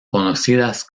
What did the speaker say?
conocidas